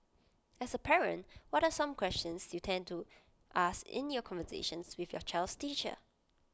as A parent what some questions you tend to ask in your conversations with your child's teacher